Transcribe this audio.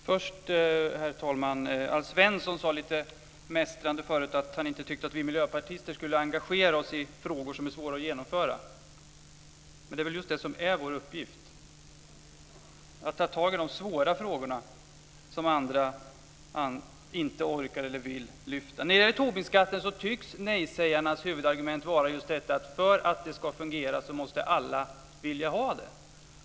Herr talman! Alf Svensson sade tidigare lite mästrande att han inte tyckte att vi miljöpartister skulle engagera oss i frågor som är svåra att genomföra. Det är väl just det som är vår uppgift: att ta tag i de svåra frågor som andra inte orkar eller vill lyfta fram. När det gäller Tobinskatten tycks nej-sägarnas huvudargument vara att för att den ska fungera måste alla vilja ha den.